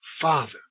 Father